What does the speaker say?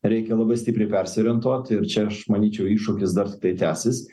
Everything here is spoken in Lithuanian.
reikia labai stipriai persiorientuot ir čia aš manyčiau iššūkis dar tiktai tęsis